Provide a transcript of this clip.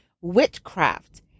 witchcraft